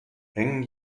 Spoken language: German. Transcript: hängen